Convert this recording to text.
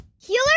Healer